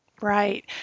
Right